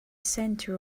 center